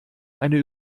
eine